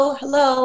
hello